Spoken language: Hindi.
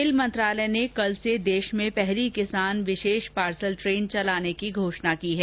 रेल मंत्रालय ने कल से देश में पहली किसान विशेष पार्सल ट्रेन चलाने की घोषणा की है